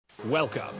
Welcome